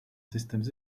systems